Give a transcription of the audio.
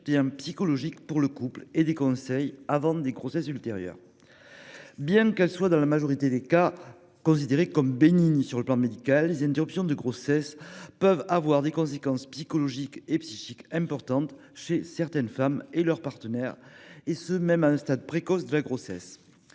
psychologique pour le couple et de conseils avant des grossesses ultérieures. Bien qu'elle soit dans la majorité des cas considérée comme bénigne sur le plan médical, une telle interruption de grossesse peut avoir des conséquences psychologiques et psychiques très importantes chez certaines femmes et leur partenaire, même à un stade précoce de la grossesse.